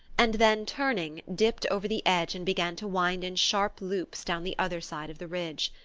and then, turning, dipped over the edge and began to wind in sharp loops down the other side of the ridge.